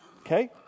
Okay